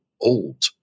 old